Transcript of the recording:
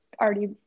already